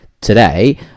today